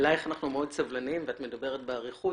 אלייך אנחנו מאוד סבלניים ואת מדברת באריכות,